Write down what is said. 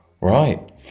Right